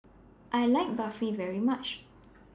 I like Barfi very much